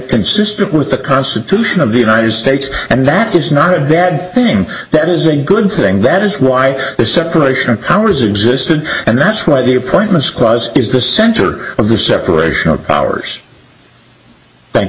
consistent with the constitution of the united states and that is not a bad thing that is a good thing that is why the separation of powers existed and that's why the appointments clause is the center of the separation of powers thank